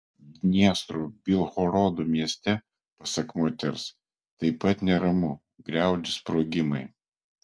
dniestro bilhorodo mieste pasak moters taip pat neramu griaudi sprogimai